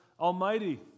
Almighty